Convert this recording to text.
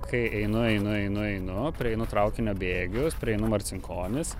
kai einu einu einu einu prieinu traukinio bėgius prieinu marcinkonis